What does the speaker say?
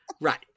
Right